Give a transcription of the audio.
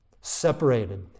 separated